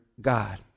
God